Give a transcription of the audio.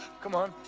come on,